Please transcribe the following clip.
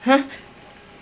!huh!